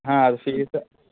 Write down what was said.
ಹಾಂ ಅದು ಫೀಸ್